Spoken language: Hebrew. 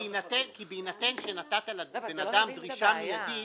בהינתן שנתת לבן אדם דרישה מידית,